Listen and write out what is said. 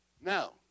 Now